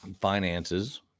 finances